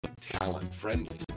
talent-friendly